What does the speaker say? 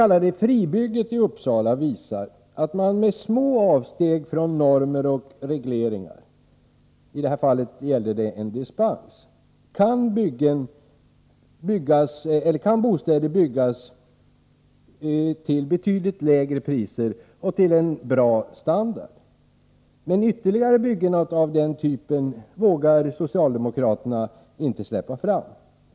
fribygget i Uppsala visar att man med små avsteg från normer och regleringar — i detta fall gällde det en dispens — kan bygga bostäder med god standard till betydligt lägre priser. Men ytterligare byggen av den typen vågar socialdemokraterna inte släppa fram.